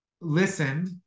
listened